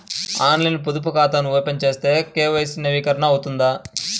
ఆన్లైన్లో పొదుపు ఖాతా ఓపెన్ చేస్తే కే.వై.సి నవీకరణ అవుతుందా?